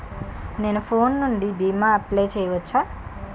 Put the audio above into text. నేను ఫోన్ నుండి భీమా అప్లయ్ చేయవచ్చా?